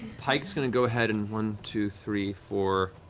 pike's going to go ahead and one, two, three, four,